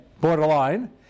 borderline